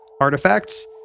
artifacts